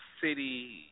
city